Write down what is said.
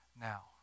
now